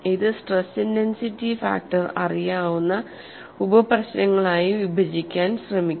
ഇത് stress intensity factor അറിയാവുന്ന ഉപ പ്രശ്നങ്ങളായി വിഭജിക്കാൻ ശ്രമിക്കും